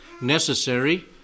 necessary